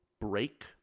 break